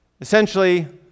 Essentially